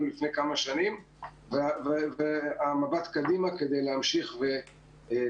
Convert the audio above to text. לפני כמה שנים ועם מבט קדימה כדי להמשיך ולקדם.